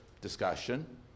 discussion